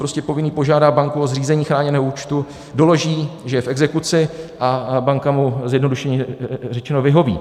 Prostě povinný požádá banku o zřízení chráněného účtu, doloží, že je v exekuci, a banka mu, zjednodušeně řečeno, vyhoví.